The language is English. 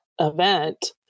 event